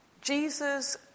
Jesus